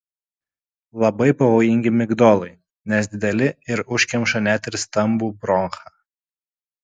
labai pavojingi migdolai nes dideli ir užkemša net ir stambų bronchą